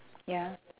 ya